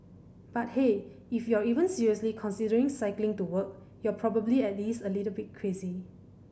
but hey if you're even seriously considering cycling to work you're probably at least a bit crazy